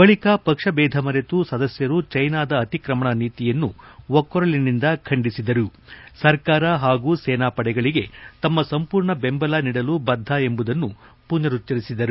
ಬಳಿಕ ಪಕ್ಷದೇಧ ಮರೆತು ಸದಸ್ಕರು ಜೀನಾದ ಅತ್ತಿರಮಣ ನೀತಿಯನ್ನು ಒಕ್ಕೊರಲಿನಿಂದ ಖಂಡಿಸಿದರು ಮತ್ತು ಸರ್ಕಾರ ಪಾಗೂ ಸೇನಾಪಡೆಗಳಿಗೆ ತಮ್ಮ ಸಂಪೂರ್ಣ ಬೆಂಬಲ ನೀಡಲು ಬದ್ಧ ಎಂಬುದನ್ನು ಮನರುಚ್ಚರಿಸಿದರು